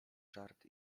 żart